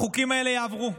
החוקים האלה יעברו,